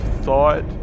thought